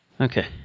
Okay